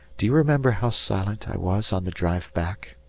do you remember how silent i was on the drive back?